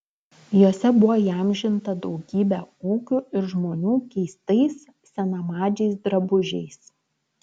jose buvo įamžinta daugybė ūkių ir žmonių keistais senamadžiais drabužiais